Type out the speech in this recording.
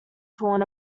torn